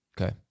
Okay